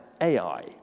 Ai